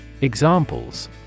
Examples